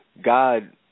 God